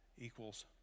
Equals